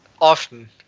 often